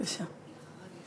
בבקשה.